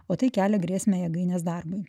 o tai kelia grėsmę jėgainės darbui